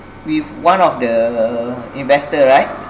with one of the investor right